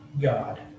God